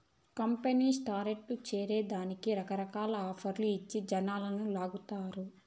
కంపెనీలు టార్గెట్లు చేరే దానికి రకరకాల ఆఫర్లు ఇచ్చి జనాలని లాగతారు